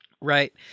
Right